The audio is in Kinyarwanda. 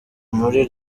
muri